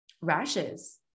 rashes